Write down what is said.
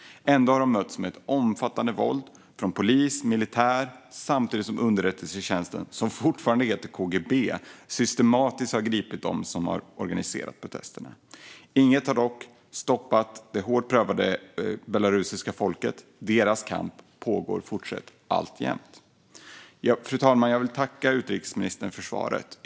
Ändå har de mötts av ett omfattande våld från polis och militär samtidigt som underrättelsetjänsten, som fortfarande heter KGB, systematiskt har gripit dem som organiserat protesterna. Inget har dock stoppat det hårt prövade belarusiska folket. Deras kamp fortgår alltjämt. Fru talman! Jag vill tacka utrikesministern för svaret.